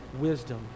wisdom